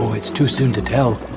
it's too soon to tell.